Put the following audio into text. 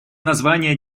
название